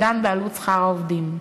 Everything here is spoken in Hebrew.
הדן בעלות שכר העובדים,